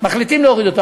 מחליטים להוריד אותו.